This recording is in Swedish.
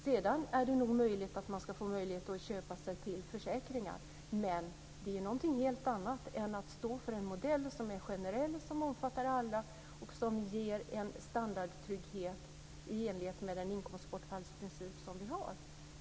Sedan kanske man ska få möjlighet att köpa försäkringar, men det är någonting helt annat än att stå för en modell som är generell, som omfattar alla och som ger en standardtrygghet i enlighet med den inkomstbortfallsprincip som vi har.